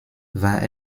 war